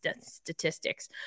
statistics